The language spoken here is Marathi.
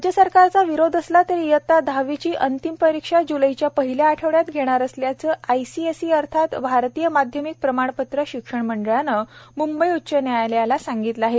राज्य सरकारचा विरोध असला तरी इयत्ता दहावीची अंतिम परीक्षा ज्लैच्या पहिल्या आठवड्यात घेणार असल्याचं आय सी एस ई अर्थात भारतीय माध्यमिक प्रमाणपत्र शिक्षण मंडळानं मंबई उच्च न्यायालयाला सांगितलं आहे